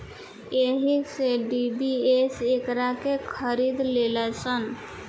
एही से डी.बी.एस एकरा के खरीद लेलस